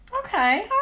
Okay